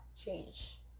change